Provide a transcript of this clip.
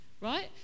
Right